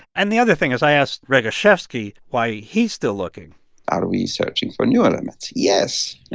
and the other thing is i asked rykaczewski why he's still looking are we searching for new elements? yes.